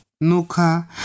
nuka